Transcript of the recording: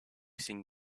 sing